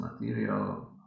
material